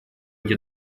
эти